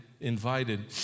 invited